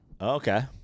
Okay